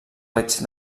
raigs